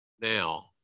now